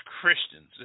Christians